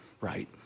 right